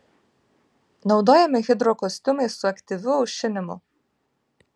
naudojami hidrokostiumai su aktyviu aušinimu